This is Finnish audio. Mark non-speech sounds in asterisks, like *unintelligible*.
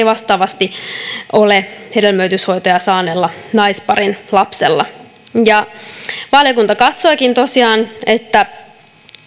*unintelligible* vastaavasti ole hedelmöityshoitoja saaneella naisparin lapsella valiokunta katsoikin tosiaan että